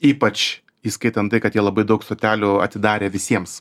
ypač įskaitant tai kad jie labai daug stotelių atidarė visiems